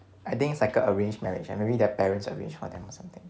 I think it's like a arranged marriage maybe their parents arrange for them or something